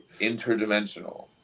interdimensional